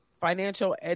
financial